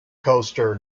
coaster